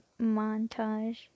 montage